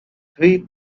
three